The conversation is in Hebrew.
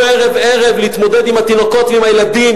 ערב-ערב להתמודד עם התינוקות ועם הילדים,